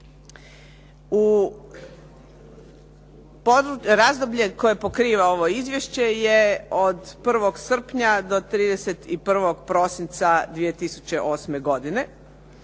Razdoblje koje pokriva ovo izvješće je od 1. srpnja do 31. prosinca 2008. godine